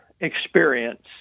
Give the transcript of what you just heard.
experience